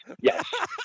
yes